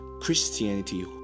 christianity